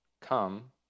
Come